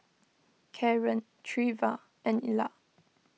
Karen Treva and Illa